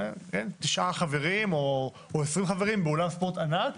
9 חברים או 20 חברים התכנסו באולם ספורט ענק,